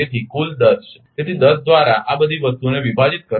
તેથી કુલ 10 છે તેથી 10 દ્વારા આ બધી વસ્તુઓને વિભાજીત કરો